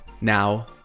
Now